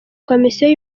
komisiyo